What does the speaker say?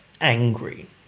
angry